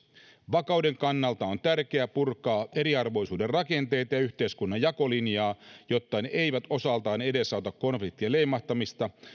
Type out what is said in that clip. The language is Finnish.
vakauden kannalta on tärkeää purkaa eriarvoisuuden rakenteita ja yhteiskunnan jakolinjaa jotta ne eivät osaltaan edesauta konfliktien leimahtamista